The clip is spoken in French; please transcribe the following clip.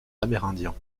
amérindiens